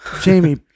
jamie